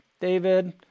david